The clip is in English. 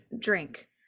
drink